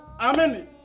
Amen